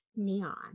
Neon